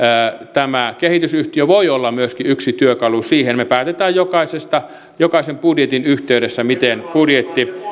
tämä kehitysyhtiö voi olla myöskin yksi työkalu siihen me päätämme jokaisen budjetin yhteydessä miten budjetti